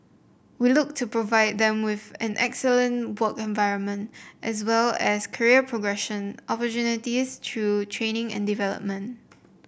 we look to provide them with an excellent work environment as well as career progression opportunities through training and development